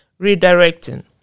redirecting